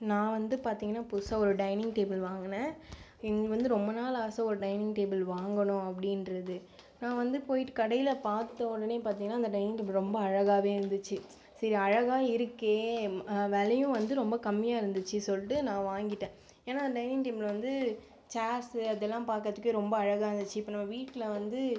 நான் வந்து பார்த்தீங்கனா புதுசாக ஒரு டைனிங் டேபிள் வாங்கினேன் எங்கே வந்து ரொம்ப நாள் ஆசை ஒரு டைனிங் டேபிள் வாங்கணும் அப்படிங்றது நான் வந்து போய்விட்டு கடையில் பார்த்த உடனே பார்த்தீங்கனா அந்த டைனிங் டேபிள் ரொம்ப அழகாகவே இருந்துச்சு சரி அழகாக இருக்கே விலையும் வந்து ரொம்ப கம்மியாக இருந்துச்சு சொல்லிட்டு நான் வாங்கிவிட்டேன் ஏன்னால் டைனிங் டேபிள் வந்துச் சேர்ஸ் அதெல்லாம் பார்க்குறதுக்கு ரொம்ப அழகாக இருந்துச்சு இப்போ நம்ம வீட்டில் வந்து